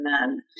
men